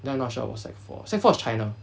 then I'm not sure about sec four sec four is china